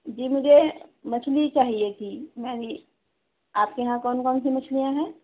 جی مجھے مچھلی چاہیے تھی میں نے آپ کے یہاں کون کون سی مچھلیاں ہیں